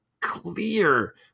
clear